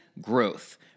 growth